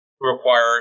require